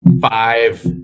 five